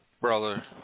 Brother